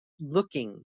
looking